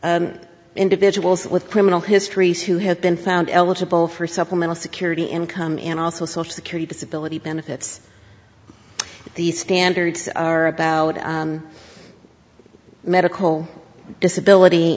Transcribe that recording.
individuals with criminal histories who have been found eligible for supplemental security income and also social security disability benefits the standards are about medical disability